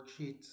worksheets